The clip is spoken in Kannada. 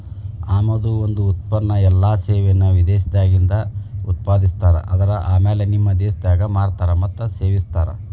ಆಮದು ಒಂದ ಉತ್ಪನ್ನ ಎಲ್ಲಾ ಸೇವೆಯನ್ನ ವಿದೇಶದಾಗ್ ಉತ್ಪಾದಿಸ್ತಾರ ಆದರ ಆಮ್ಯಾಲೆ ನಿಮ್ಮ ದೇಶದಾಗ್ ಮಾರ್ತಾರ್ ಮತ್ತ ಸೇವಿಸ್ತಾರ್